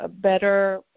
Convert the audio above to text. better